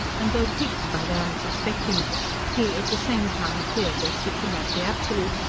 and, though piqued by their unsuspectingness, he at the same time feared lest it should not be absolute,